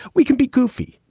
we can be goofy,